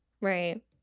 Right